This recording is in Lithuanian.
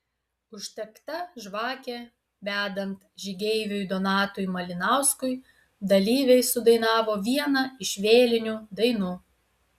uždegta žvakė vedant žygeiviui donatui malinauskui dalyviai sudainavo vieną iš vėlinių dainų